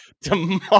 tomorrow